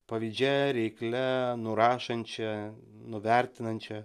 pavydžia reiklia nurašančia nuvertinančia